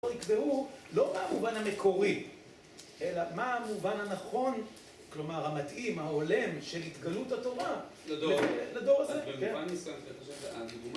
והוא לא מהמובן המקורי, אלא מה המובן הנכון, כלומר המתאים, העולם של התגלות התורה לדור הזה.